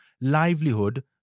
livelihood